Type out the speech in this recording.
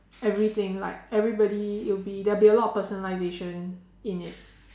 everything like everybody it will be there will be a lot of personalisation in it